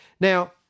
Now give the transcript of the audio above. Now